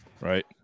right